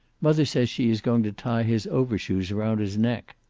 mother says she is going to tie his overshoes around his neck.